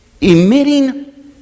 emitting